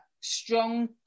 strong